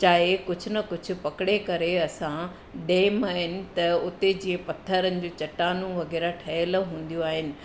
चाहे कुझु न कुझु पकिड़े करे असां डेम आहिनि त उते जीअं पथरनि जूं चटानूं वग़ैरह ठहियल हूंदियूं आहिनि